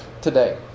today